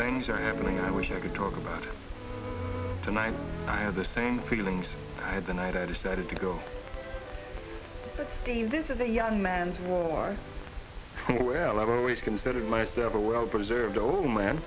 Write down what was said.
things are happening i wish i could talk about it tonight i had the same feelings i had the night i decided to go this is a young man's war well i've always considered myself a well preserved old man